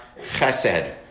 chesed